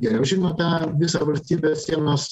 geriau žino tą visą valstybės sienos